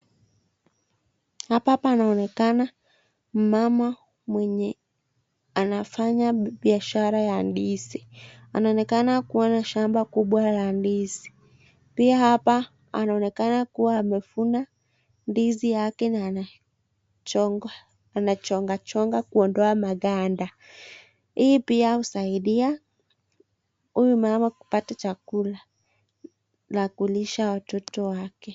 Hapa panaonekana mama mwenye anafanya biashara ya ndizi. Anaonekana kuwa na shamba kubwa la ndizi. Pia hapa anaonekana kuwa amefuna ndizi yake na anachonga anachongachonga kuondoa maganda. Hii pia husaidia huyu mama kupata chakula la kulisha watoto wake.